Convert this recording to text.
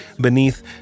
beneath